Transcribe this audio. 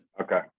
Okay